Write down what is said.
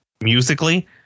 musically